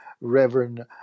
Reverend